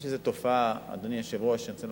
יש תופעה, אדוני היושב-ראש, אני,